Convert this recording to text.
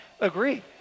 Agree